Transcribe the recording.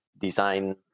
design